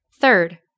Third